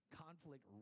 conflict